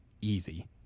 easy